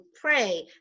Pray